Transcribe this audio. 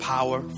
Power